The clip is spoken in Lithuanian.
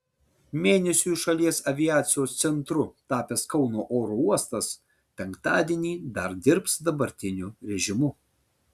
mėnesiui šalies aviacijos centru tapęs kauno oro uostas penktadienį dar dirbs dabartiniu režimu